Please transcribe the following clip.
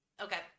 Okay